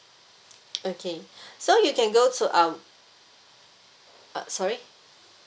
okay so you can go to um uh sorry